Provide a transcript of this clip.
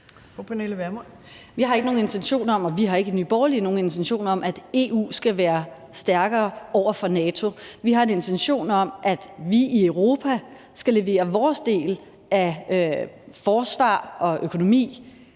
Borgerlige nogen intention om, at EU skal være stærkere over for NATO. Vi har en intention om, at vi i Europa skal levere vores del af forsvar og økonomi,